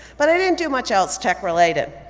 but i didn't do much else tech-related.